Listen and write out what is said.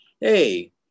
hey